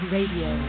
Radio